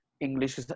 English